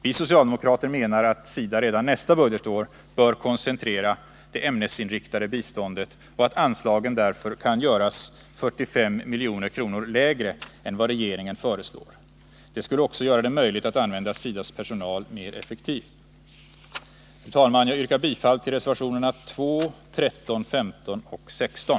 Vi socialdemokrater menar att SIDA redan nästa budgetår bör koncentrera det ämnesinriktade biståndet och att anslaget därför kan göras 45 milj.kr. lägre än vad regeringen föreslår. Det skulle också göra det möjligt att använda SIDA:s personal mer effektivt. Herr talman! Jag yrkar bifall till reservationerna 2, 13, 15 och 16.